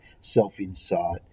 self-insight